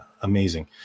amazing